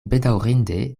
bedaŭrinde